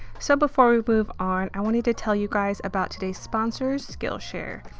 so before we move on, i wanted to tell you guys about today's sponsor, skillshare.